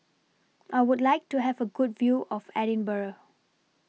I Would like to Have A Good View of Edinburgh